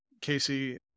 casey